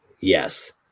Yes